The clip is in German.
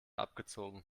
abgezogen